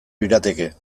lirateke